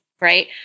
right